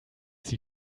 sie